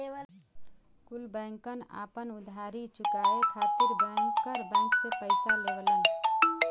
कुल बैंकन आपन उधारी चुकाये खातिर बैंकर बैंक से पइसा लेवलन